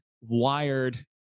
wired